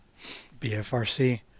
bfrc